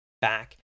back